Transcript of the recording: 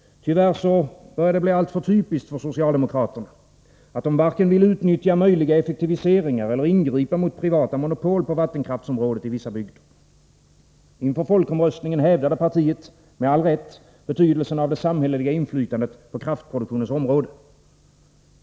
Tyvärr börjar det bli alltför typiskt för socialdemokraterna att de varken vill utnyttja möjliga effektiviseringar eller ingripa mot privata monopol på vattenkraftsområdet i vissa bygder. Inför folkomröstningen hävdade partiet, med all rätt, betydelsen av det samhälleliga inflytandet på kraftproduktionen.